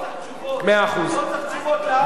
פה צריך תשובות, פה צריך תשובות לעם.